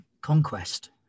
conquest